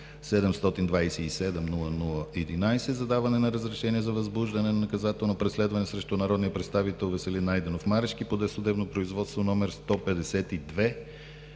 727-00-11 за даване на разрешение за възбуждане на наказателно преследване срещу народния представител Веселин Найденов Марешки по досъдебно производство № 152